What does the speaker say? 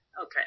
Okay